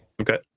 Okay